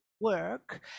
work